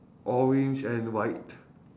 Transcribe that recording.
orange and white